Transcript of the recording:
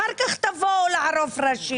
אחר כך תבואו לערוף ראשים.